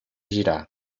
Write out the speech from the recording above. girar